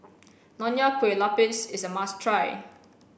Nonya Kueh Lapis is a must try